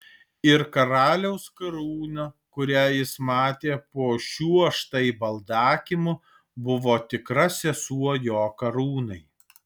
ir karaliaus karūna kurią jis matė po šiuo štai baldakimu buvo tikra sesuo jo karūnai